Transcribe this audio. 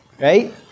right